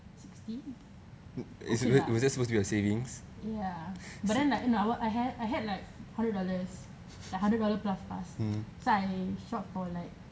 sixty okay lah ya but then like no I had I had like hundred dollars hundred dollars plus plus ah so I shop for like